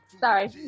Sorry